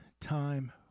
Time